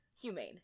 humane